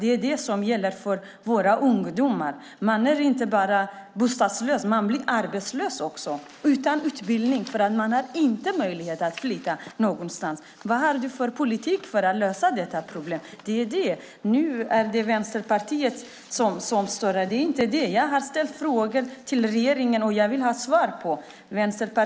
Med er politik blir ungdomarna inte bara bostadslösa utan även arbetslösa, och de blir utan utbildning eftersom de inte har möjlighet att flytta. Vad har regeringen för politik för att lösa detta problem? Det är inte Vänsterpartiet som ska stå till svars utan regeringen. Jag har ställt frågor till regeringen, och jag vill ha svar på dem.